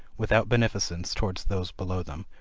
without beneficence towards those below them,